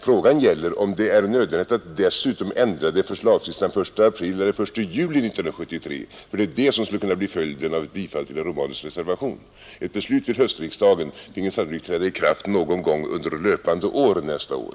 Frågan gäller om det är nödvändigt att därutöver ändra systemet, förslagsvis den 1 april eller 1 juli 1973, vilket skulle kunna bli följden av ett bifall till reservationen av herrar Hyltander och Romanus. Ett beslut vid höstriksdagen finge sannolikt träda i kraft någon gång under löpande år nästa år.